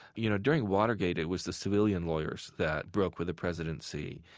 you know, during watergate, it was the civilian lawyers that broke with the presidency.